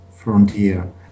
frontier